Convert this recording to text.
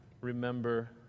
remember